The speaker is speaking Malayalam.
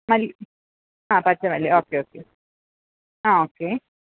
മല്ലി ആ പച്ചമല്ലി ഓക്കെ ഓക്കെ ആ ഓക്കെ